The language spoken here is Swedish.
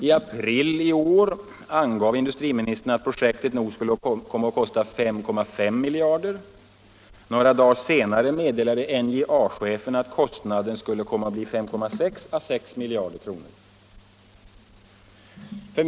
I april i år angav industriministern att projektet nog skulle komma att kosta 5,5 miljarder. Några dagar senare meddelade NJA-chefen att kostnaderna skulle komma att bli 5,6 å 6 miljarder kronor.